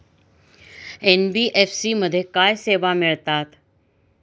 NBFC मध्ये काय सेवा मिळतात?